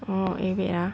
oh eh wait ah